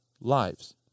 lives